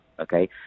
Okay